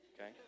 okay